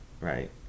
Right